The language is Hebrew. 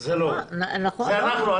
זה לא הוא, זה אנחנו.